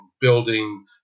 building